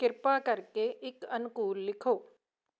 ਕਿਰਪਾ ਕਰਕੇ ਇੱਕ ਅਨੁਕੂਲ ਲਿਖੋ